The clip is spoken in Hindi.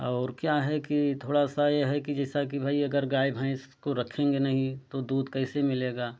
और क्या है कि थोड़ा सा ये है कि जैसा कि भाई अगर गाय भैंस को रखेंगे नहीं तो दूध कैसे मिलेगा